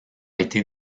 été